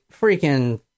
freaking